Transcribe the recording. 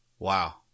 Wow